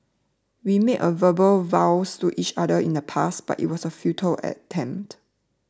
we made a verbal vows to each other in the past but it was a futile attempt